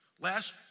Last